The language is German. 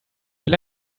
will